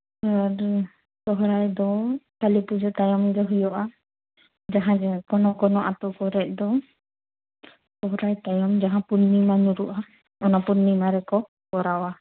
ᱟᱨ ᱥᱚᱦᱨᱟᱭ ᱫᱚ ᱠᱟᱞᱤᱯᱩᱡᱟᱹ ᱛᱟᱭᱚᱢ ᱜᱮ ᱦᱩᱭᱩᱜᱼᱟ ᱡᱟᱦᱟᱸᱭ ᱜᱮ ᱠᱚᱱᱳ ᱠᱚᱱᱳ ᱟᱹᱛᱩ ᱠᱚᱨᱮ ᱫᱚ ᱥᱚᱦᱨᱟᱭ ᱛᱟᱭᱚᱢ ᱡᱟᱦᱟᱸ ᱯᱩᱨᱱᱤᱢᱟ ᱧᱩᱨᱩᱜᱼᱟ ᱚᱱᱟ ᱯᱩᱨᱱᱤᱢᱟ ᱨᱮᱠᱚ ᱠᱚᱨᱟᱣᱟ